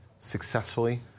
successfully